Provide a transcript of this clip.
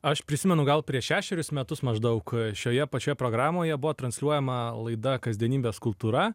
aš prisimenu gal prieš šešerius metus maždaug šioje pačioje programoje buvo transliuojama laida kasdienybės kultūra